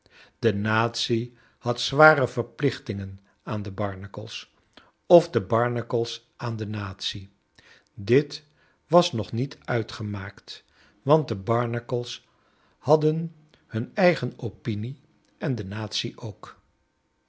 de natie had zware verplichtingen aan de barnacle's of de barnacle's aan de natie dit was nog niet uitgemaakt want de barnacle's hadden hun eigen opinie en de natie ook